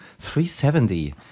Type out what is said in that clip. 370